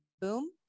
boom